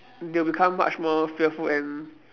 they'll become much more fearful and